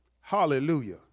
Hallelujah